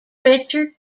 richard